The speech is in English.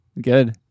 Good